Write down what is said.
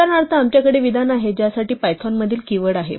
उदाहरणार्थ आमच्याकडे विधान आहे ज्यासाठी python मधील कीवर्ड आहे